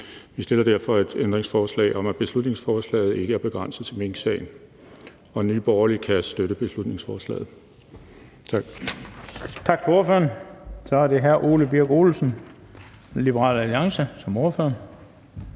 Vi stiller derfor et ændringsforslag om, at beslutningsforslaget ikke skal være begrænset til minksagen. Nye Borgerlige kan støtte beslutningsforslaget.